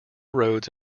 roads